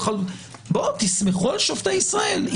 תסמכו על שופטי ישראל.